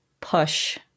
push